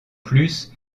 plus